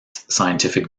scientific